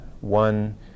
one